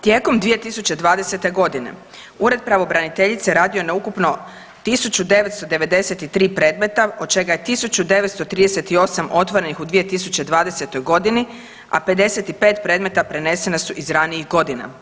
Tijekom 2020. godine Ured pravobraniteljice radio je na ukupno 1993. predmeta od čega je 1938 otvorenih u 2020. godini, a 55 predmeta prenesena su iz ranijih godina.